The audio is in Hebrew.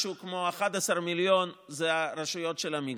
משהו כמו 11 מיליון זה הרשויות של המגזר.